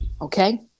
okay